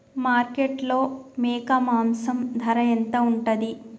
మార్కెట్లో మేక మాంసం ధర ఎంత ఉంటది?